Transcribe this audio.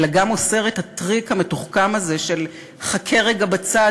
אלא גם אוסר את הטריק המתוחכם הזה של "חכה רגע בצד,